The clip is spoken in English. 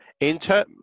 inter